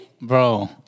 Bro